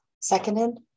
Seconded